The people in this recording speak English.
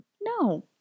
no